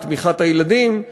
לתמיכת הילדים,